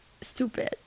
stupid